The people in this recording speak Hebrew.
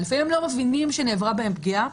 לפעמים הם לא מבינים שנעשתה בהם פגיעה,